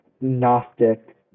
Gnostic